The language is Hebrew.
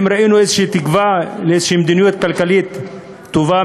האם ראינו איזו תקווה לאיזו מדיניות כלכלית טובה,